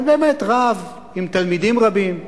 אבל באמת רב עם תלמידים רבים,